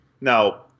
now